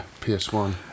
PS1